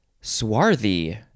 swarthy